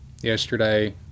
yesterday